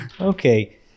okay